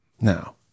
Now